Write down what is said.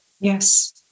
yes